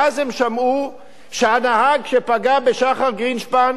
ואז הם שמעו שהנהג שפגע בשחר גרינשפן,